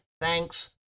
thanks